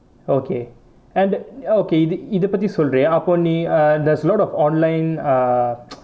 okay and okay இது இதை சொல்றியா அப்போ நீ:ithu ithai pathi solraiyaa appo nee ah there's a lot of online ah